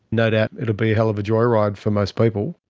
no doubt it'll be a hell of a joyride for most people.